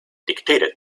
dictated